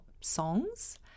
songs